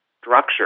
structure